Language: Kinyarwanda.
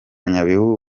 nyabihu